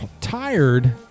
tired